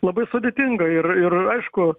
labai sudėtinga ir ir aišku